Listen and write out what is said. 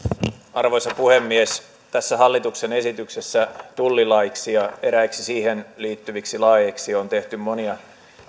arvoisa puhemies tässä hallituksen esityksessä tullilaiksi ja eräiksi siihen liittyviksi laeiksi on tehty monia